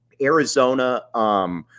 Arizona –